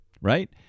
right